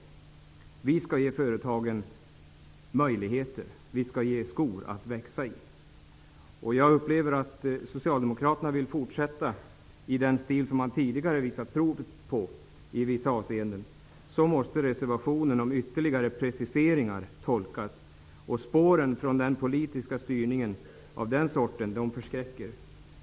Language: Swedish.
Vi politiker skall skapa företagen möjligheter. Vi skall ge skor att växa i. Jag uppfattar situationen så, att socialdemokraterna vill fortsätta i den stil som de i vissa avseenden visat prov på. Så måste nämligen reservationen om ytterligare preciseringar tolkas. Spåren från den sortens politisk styrning förskräcker.